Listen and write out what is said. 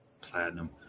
Platinum